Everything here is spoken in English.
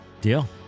deal